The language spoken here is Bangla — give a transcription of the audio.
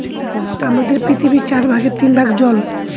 আমাদের পৃথিবীর চার ভাগের তিন ভাগ জল